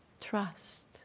trust